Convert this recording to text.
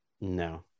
No